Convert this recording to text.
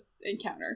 encounter